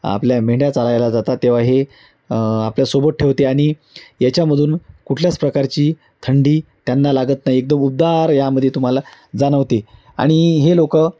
आपल्या मेंढ्या चारायला जातात तेव्हा हे आपल्यासोबत ठेवते आणि याच्यामधून कुठल्याच प्रकारची थंडी त्यांना लागत नाही एकदम उबदार यामध्ये तुम्हाला जाणवते आणि हे लोक